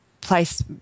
place